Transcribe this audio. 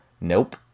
nope